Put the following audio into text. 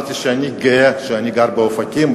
אמרתי שאני גאה שאני גר באופקים,